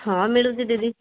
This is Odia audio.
ହଁ ମିଳୁଛି ଦିଦି